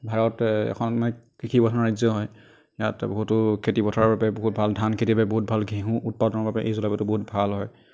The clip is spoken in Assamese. ভাৰত এখন কৃষি প্ৰধান ৰাজ্য হয় ইয়াত বহুতো খেতি পথাৰৰ বাবে বহুত ভাল ধান খেতিৰ বাবে বহুত ভাল ঘেঁহু উৎপাদনৰ বাবে এই জলবায়ুটো বহুত ভাল হয়